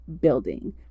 building